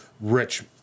rich